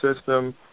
system